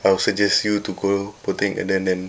I will suggest you to go botanic garden then